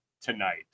tonight